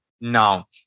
now